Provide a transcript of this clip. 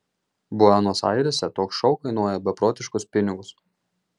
buenos airėse toks šou kainuoja beprotiškus pinigus